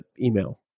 email